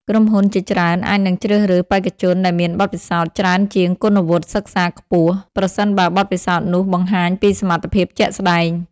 ក្រុមហ៊ុនជាច្រើនអាចនឹងជ្រើសរើសបេក្ខជនដែលមានបទពិសោធន៍ច្រើនជាងគុណវុឌ្ឍិសិក្សាខ្ពស់ ប្រសិនបើបទពិសោធន៍នោះបង្ហាញពីសមត្ថភាពជាក់ស្តែង។